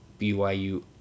BYU